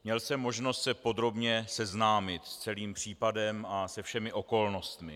Měl jsem možnost se podrobně seznámit s celým případem a se všemi okolnostmi.